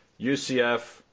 UCF